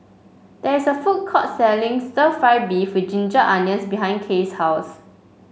there is a food court selling stir fry beef with Ginger Onions behind Kaye's house